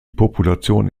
population